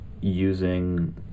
using